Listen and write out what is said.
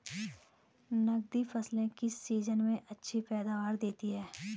नकदी फसलें किस सीजन में अच्छी पैदावार देतीं हैं?